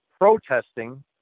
protesting